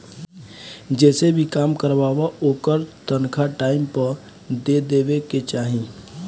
जेसे भी काम करवावअ ओकर तनखा टाइम पअ दे देवे के चाही